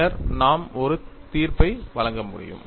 பின்னர் நாம் ஒரு தீர்ப்பை வழங்க முடியும்